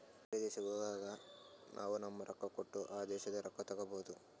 ಬೇರೆ ದೇಶಕ್ ಹೋಗಗ್ ನಾವ್ ನಮ್ದು ರೊಕ್ಕಾ ಕೊಟ್ಟು ಆ ದೇಶಾದು ರೊಕ್ಕಾ ತಗೋಬೇಕ್